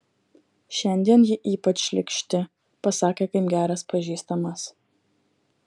šiandien ji ypač šlykšti pasakė kaip geras pažįstamas